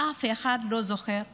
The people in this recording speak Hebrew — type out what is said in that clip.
אף אחד לא זוכר אותה.